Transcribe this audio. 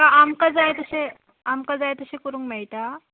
आमकां जाय तशे आमकां जाय तशे करूंक मेळटा